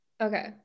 okay